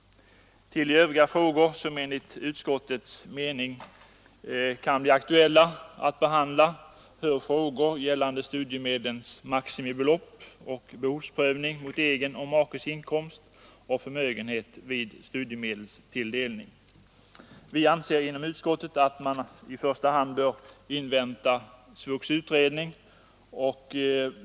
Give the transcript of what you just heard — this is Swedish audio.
Till de övriga frågor som enligt utskottets mening kan bli aktuella att behandla hör studiemedlens maximibelopp samt behovsprövning av egen och makes inkomst och förmögenhet vid studiemedelstilldelning. Vi anser i utskottet att man i första hand bör invänta SVUX:s utredning.